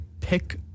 pick